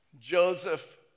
Joseph